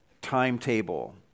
timetable